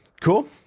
cool